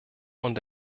und